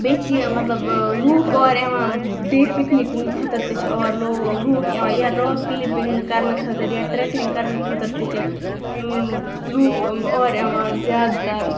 بیٚیہِ چھِ یہِ مطلب لُکھ اورٕ یِوان ڈے پِکنِکن خٲطرٕ تہِ چھِ اور لُکھ یِوان یا راک کٕلِمبِنگ کَرنہٕ خٲطرٕ یا ٹرِیکلِنگ کرنہٕ خٲطرٕ تہِ چھِ لُکھ اور یِوان زیادٕ تر